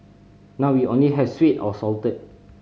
now we only have sweet or salted